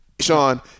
Sean –